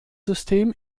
system